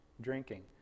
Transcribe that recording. drinking